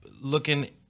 looking